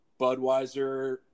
Budweiser